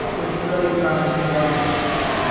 like which really drives the wages to